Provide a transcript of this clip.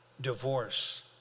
divorce